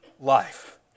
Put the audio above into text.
life